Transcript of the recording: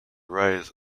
rise